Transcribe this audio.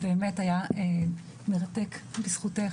באמת היה דיון מרתק בזכותך.